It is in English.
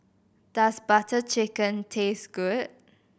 does Butter Chicken taste good